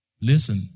Listen